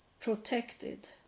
protected